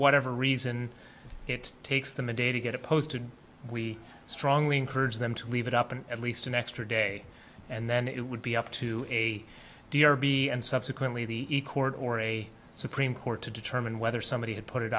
whatever reason it takes them a day to get it posted we strongly encourage them to leave it up and at least an extra day and then it would be up to a d or b and subsequently the e court or a supreme court to determine whether somebody had put it